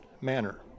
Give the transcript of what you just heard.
manner